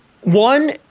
One